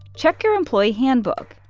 check your employee handbook.